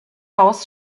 haus